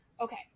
Okay